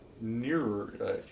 nearer